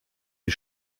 des